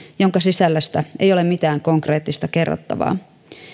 jonka sisällöstä ei ole mitään konkreettista kerrottavaa